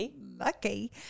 lucky